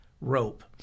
rope